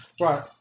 Right